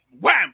wham